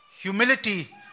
humility